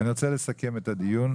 אני רוצה לסכם את הדיון.